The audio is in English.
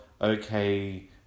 okay